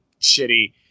shitty